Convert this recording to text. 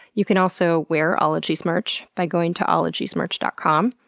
you can also wear ologies merch by going to ologiesmerch dot com.